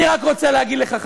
אני רק רוצה להגיד לך,